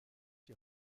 die